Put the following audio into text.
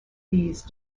these